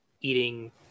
eating